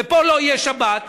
ופה לא תהיה שבת,